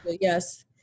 Yes